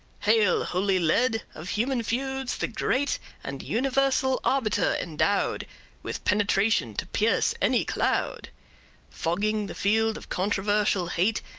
hail, holy lead of human feuds the great and universal arbiter endowed with penetration to pierce any cloud fogging the field of controversial hate,